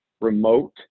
remote